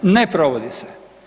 Ne provodi se.